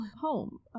home